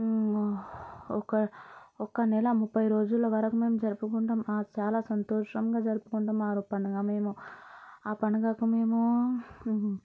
ఒక ఒక నెల ముప్పై రోజుల వరకు మేము జరుపుకుంటాం ఆ చాలా సంతోషంగా జరుపుకుంటాం ఆ రోజు పండుగ మేము ఆ పండుగకు మేము